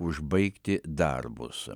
užbaigti darbus